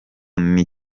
n’i